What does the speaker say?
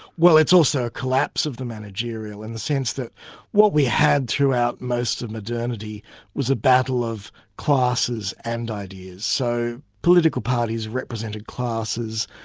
well it's also a collapse of the managerial, in the sense that what we had throughout most of modernity was a battle of classes and ideas. so political parties represented classes,